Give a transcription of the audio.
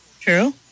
True